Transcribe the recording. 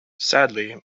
sadly